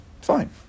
fine